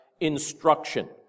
instruction